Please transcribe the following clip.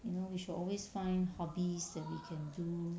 you know we should always find hobbies that we can do